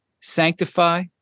sanctify